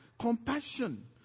Compassion